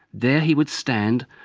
there he would stand,